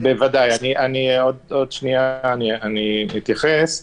עוד שנייה אתייחס לשאלה,